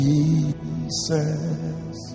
Jesus